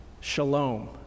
Shalom